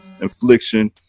infliction